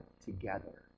together